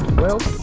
well,